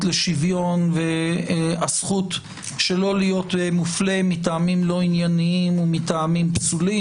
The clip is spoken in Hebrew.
לשוויון והזכות שלא להיות מופלה מטעמים לא ענייניים ומטעמים פסולים.